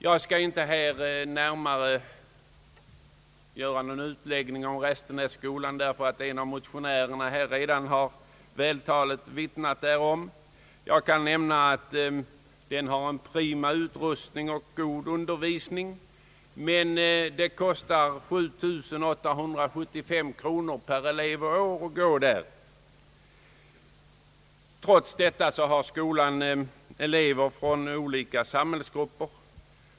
Jag skall inte göra någon närmare utläggning i frågan om Restenässkolan därför att en av motionärerna redan vältagligt har vittnat därom. Jag kan nämna att skolan har en prima utrustning och ger god undervisning, en undervisning som dock kostar 7 875 kronor per elev och år. Trots detta har skolan elever från olika samhällsgrupper.